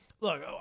look